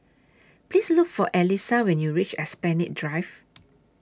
Please Look For Elyssa when YOU REACH Esplanade Drive